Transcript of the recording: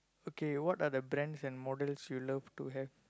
okay what are the brands and models you love to have